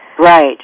Right